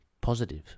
positive